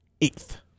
eighth